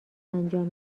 انجام